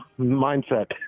mindset